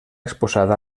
exposada